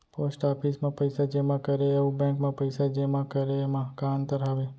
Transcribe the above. post office मा पइसा जेमा करे अऊ बैंक मा पइसा जेमा करे मा का अंतर हावे